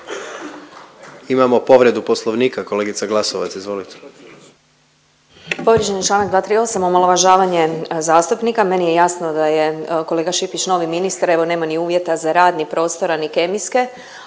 imamo povredu poslovnika kolegica Glasovac. Izvolite. **Glasovac, Sabina (SDP)** Povrijeđen je čl. 238., omalovažavanje zastupnika. Meni je jasno da je kolega Šipić novi ministar, evo nema ni uvjeta za rad, ni prostora ni kemijske